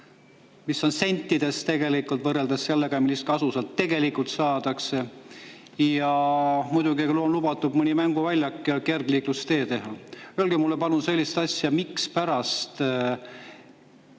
mis on sentides võrreldes sellega, millist kasu sealt tegelikult saadakse. Ja muidugi on lubatud mõni mänguväljak ja kergliiklustee teha. Öelge mulle palun sellist asja: mispärast